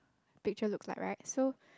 picture looks like right so